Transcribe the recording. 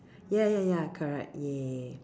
ya ya ya correct yeah